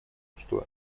что